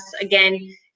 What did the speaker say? again